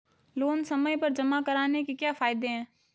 Loan समय पर जमा कराने के क्या फायदे हैं?